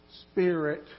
Spirit